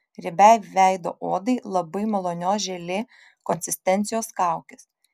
riebiai veido odai labai malonios želė konsistencijos kaukės